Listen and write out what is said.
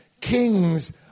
Kings